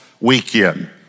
weekend